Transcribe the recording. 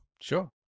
Sure